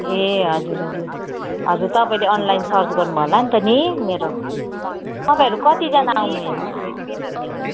ए हजुर हजुर हजुर तपाईँले अनलाइन सर्च गर्नुभयो होला नि त नि मेरो तपाईँहरू कतिजना आउने आउनुहुन्छ